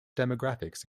demographics